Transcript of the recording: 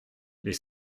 les